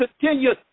continue